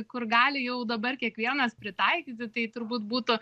kur gali jau dabar kiekvienas pritaikyti tai turbūt būtų